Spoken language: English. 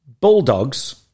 Bulldogs